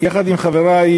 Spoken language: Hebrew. יחד עם חברי,